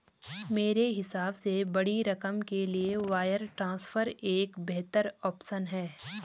मेरे हिसाब से बड़ी रकम के लिए वायर ट्रांसफर एक बेहतर ऑप्शन है